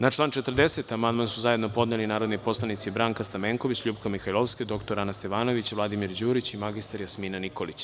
Na član 40. amandman su zajedno podneli narodni poslanici Branka Stamenković, LJupka Mihajlovska, dr Ana Stevanović, Vladimir Đurić i mr Jasmina Nikolić.